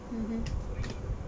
mmhmm